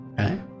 Okay